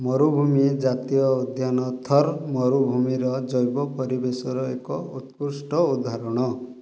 ମରୁଭୂମି ଜାତୀୟ ଉଦ୍ୟାନ ଥର୍ ମରୁଭୂମିର ଜୈବ ପରିବେଶର ଏକ ଉତ୍କୃଷ୍ଟ ଉଦାହରଣ